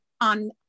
on